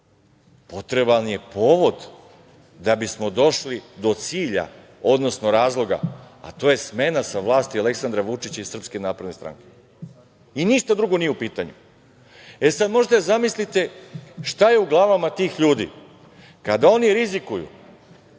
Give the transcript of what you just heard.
Potreban je povod da bismo došli do cilja, odnosno razloga, a to je smena sa vlasti Aleksandra Vučića i SNS. I ništa drugo nije u pitanju. Sada možete da zamislite šta je u glavama tih ljudi, kada oni rizikuju